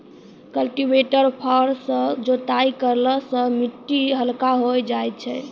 cultivator फार सँ जोताई करला सें मिट्टी हल्का होय जाय छै